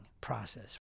process